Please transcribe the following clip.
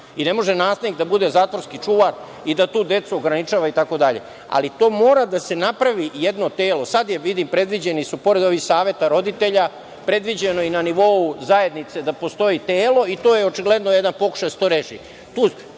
i ne može nastavnik da bude zatvorski čuvar i da tu decu ograničava itd, ali mora da se napravi jedno telo. Sada je, vidim, pored ovih saveta roditelja, predviđeno i na nivou zajednice da postoji telo i to je očigledno jedan pokušaj da se to reši.